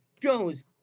goes